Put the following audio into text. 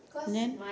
then